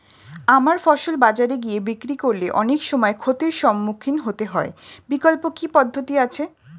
আমার ফসল বাজারে গিয়ে বিক্রি করলে অনেক সময় ক্ষতির সম্মুখীন হতে হয় বিকল্প কি পদ্ধতি আছে?